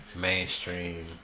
Mainstream